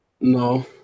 No